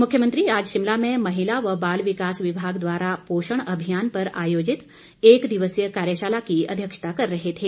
मुख्यमंत्री आज शिमला में महिला व बाल विकास विभाग द्वारा पोषण अभियान पर आयोजित एक दिवसीय कार्यशाला की अध्यक्षता कर रहे थे